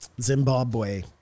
Zimbabwe